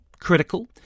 critical